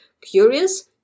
Curious